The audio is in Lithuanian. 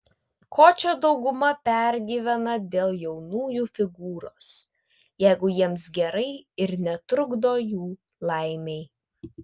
ko čia dauguma pergyvenat dėl jaunųjų figūros jeigu jiems gerai ir netrukdo jų laimei